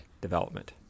development